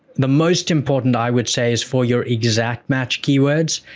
the most important, i would say, is for your exact match keywords,